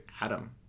Adam